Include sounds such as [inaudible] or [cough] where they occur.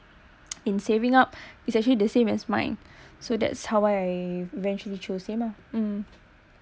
[noise] in saving up is actually the same as mine so that's how I eventually chose him ah mm